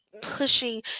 pushing